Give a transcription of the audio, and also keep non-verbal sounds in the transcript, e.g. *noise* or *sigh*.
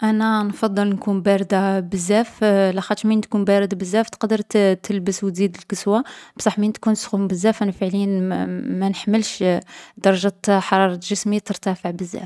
أنا نفضّل نكون باردة بزاف *hesitation* لاخاطش من تكون بارد بزاف تقدر تـ تلبس و تزيد الكسوة. بصح من تكون سخون بزاف، أنا فعليا مـ ما نحملش *hesitation* درجة حرارة جسمي ترتفع بزاف.